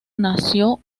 nació